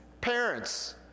Parents